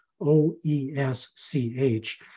O-E-S-C-H